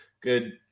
good